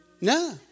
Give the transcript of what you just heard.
No